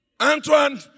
Antoine